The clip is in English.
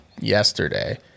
yesterday